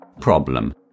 problem